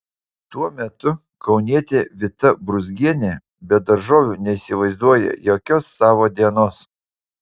tuo metu kaunietė vita brūzgienė be daržovių neįsivaizduoja jokios savo dienos